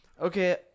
Okay